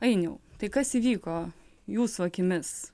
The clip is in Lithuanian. ainiau tai kas įvyko jūsų akimis